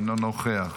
אינו נוכח.